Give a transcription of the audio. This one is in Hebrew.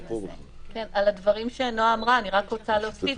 על הדברים שנועה אמרה אני רק רוצה להוסיף,